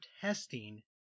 testing